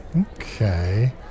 Okay